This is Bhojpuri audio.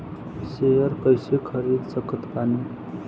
शेयर कइसे खरीद सकत बानी?